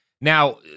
Now